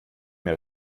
mehr